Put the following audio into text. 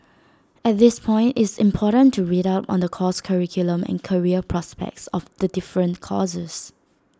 at this point is important to read up on the course curriculum and career prospects of the different courses